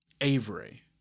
Avery